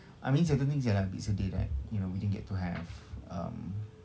I mean certain things you like a bit sedih right you know we didn't get to have um